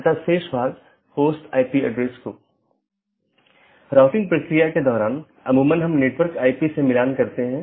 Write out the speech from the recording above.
प्रत्येक EBGP router अलग autonomous system में हैं